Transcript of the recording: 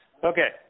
Okay